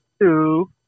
Two